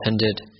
attended